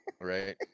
Right